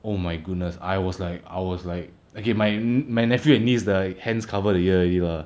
oh my goodness I was like I was like okay my my nephew and niece like hands covered the ear already lah